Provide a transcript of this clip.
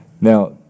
Now